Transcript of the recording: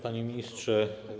Panie Ministrze!